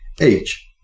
age